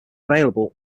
available